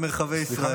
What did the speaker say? במרחבי ישראל.